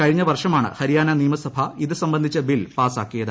കഴിഞ്ഞ വർഷമാണ് ഹരിയാന നിയമസഭ ഇത് സംബന്ധിച്ച ബിൽ പാസ്റ്റാക്കിയത്